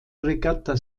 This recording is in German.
regatta